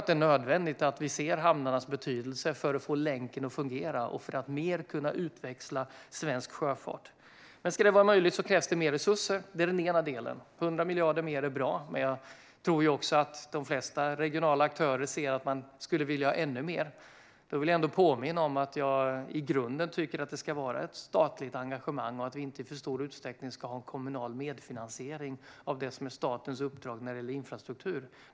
Det är nödvändigt att vi inser hamnarnas betydelse för att få länken att fungera och för att kunna utveckla svensk sjöfart mer. Om detta ska vara möjligt krävs dock mer resurser - det är en del. 100 miljarder mer är bra, men jag tror att de flesta regionala aktörer skulle vilja ha ännu mer. Jag vill påminna om att jag i grunden tycker att det ska vara ett statligt engagemang och att vi inte i för stor utsträckning ska ha kommunal medfinansiering av det som är statens uppdrag när det gäller infrastruktur.